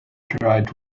tried